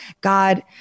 God